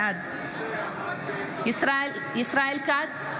בעד ישראל כץ,